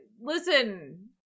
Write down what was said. Listen